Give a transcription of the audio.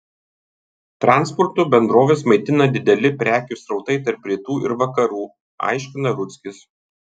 transporto bendroves maitina dideli prekių srautai tarp rytų ir vakarų aiškina rudzkis